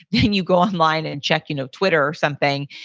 then you go online and check you know twitter or something,